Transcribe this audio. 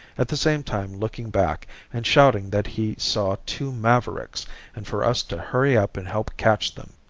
at the same time looking back and shouting that he saw two mavericks and for us to hurry up and help catch them.